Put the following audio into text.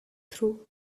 through